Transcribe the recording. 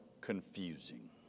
confusing